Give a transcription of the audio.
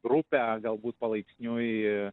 grupę galbūt palaipsniui